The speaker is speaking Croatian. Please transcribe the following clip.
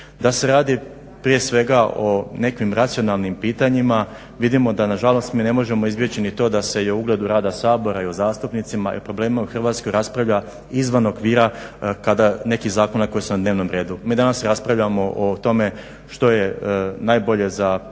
Da se radi prije svega o nekakvim racionalnim pitanjima, vidimo da nažalost mi ne možemo izbjeći ni to da se i o ugledu rada Sabora i o zastupnicima i problemima u Hrvatskoj raspravlja izvan okvira nekih zakona koji su na dnevnom redu. Mi danas raspravljamo o tome što je najbolje za provedbu